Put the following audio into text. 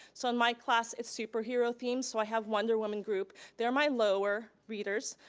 so in my class it's superhero themed, so i have wonder woman group, they're my lower readers,